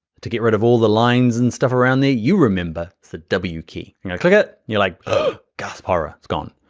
to get rid of all the lines and stuff around the you remember, the w key, you're gonna click it, you're like diaspora, it's gone.